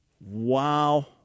wow